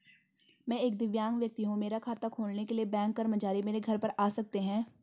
मैं एक दिव्यांग व्यक्ति हूँ मेरा खाता खोलने के लिए बैंक कर्मचारी मेरे घर पर आ सकते हैं?